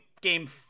game